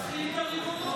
תחיל את הריבונות.